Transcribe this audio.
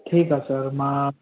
ठीकु आहे सर मां